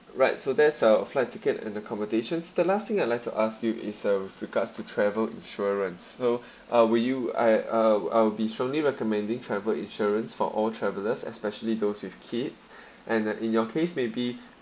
right so there's uh flight ticket and accommodations okay last thing I'd like to ask you is uh with regards to travel insurance so uh will you I uh I'll be strongly recommending travel insurance for all travellers especially those with kids and in your case may be